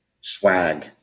Swag